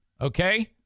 Okay